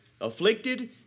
afflicted